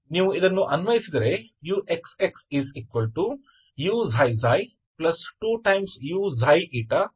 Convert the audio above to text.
ನೀವು ಇದನ್ನು ಅನ್ವಯಿಸಿದರೆ uxx uξξ2uξηuηηಎಂದು ಸಿಗುತ್ತದೆ